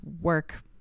work